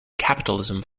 capitalism